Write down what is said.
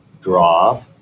draw